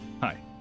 Hi